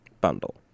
Bundle